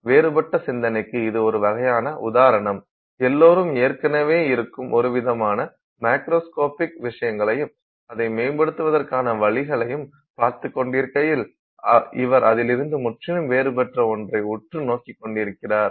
வேறுபட்ட சிந்தனைக்கு இது ஒரு வகையான உதாரணம் எல்லோரும் ஏற்கனவே இருக்கும் ஒருவிதமான மேக்ரோஸ்கோபிக் விஷயங்களையும் அதை மேம்படுத்துவதற்கான வழிகளையும் பார்த்துக் கொண்டிருக்கையில் இவர் அதிலிருந்து முற்றிலும் வேறுபட்ட ஒன்றைப் உற்று நோக்கிக் கொண்டிருக்கிறார்